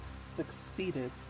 succeeded